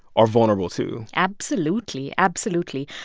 are vulnerable, too absolutely, absolutely.